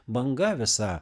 banga visa